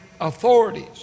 authorities